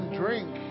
drink